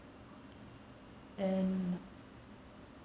and